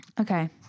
Okay